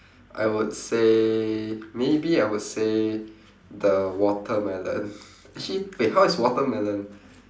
I would say maybe I would say the watermelon actually wait how is watermelon